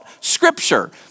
scripture